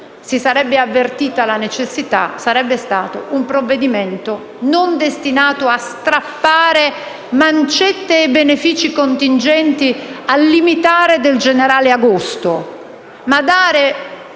si sarebbe avvertita la necessità sarebbe stato un provvedimento destinato non a strappare mancette e benefici contingenti al limitare del generale agosto, ma a dare